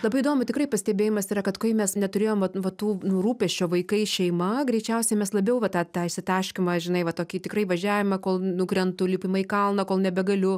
labai įdomu tikrai pastebėjimas yra kad kai mes neturėjom va va tų nu rūpesčio vaikais šeima greičiausiai mes labiau va tą tą išsitaškymą žinai va tokį tikrai važiavimą kol nukrentu lipimą į kalną kol nebegaliu